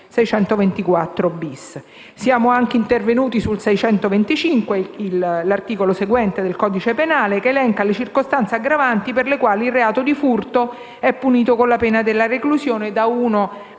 Siamo anche intervenuti sull'articolo 625 (l'articolo seguente del codice penale), che elenca le circostanze aggravanti per le quali il reato di furto è punito con la pena della reclusione da uno a